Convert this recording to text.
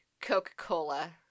Coca-Cola